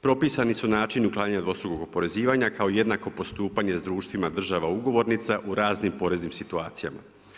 Propisani su načini uklanjanja dvostrukog oporezivanja kao jednako postupanje sa društvima država ugovornica u raznim poreznim situacijama.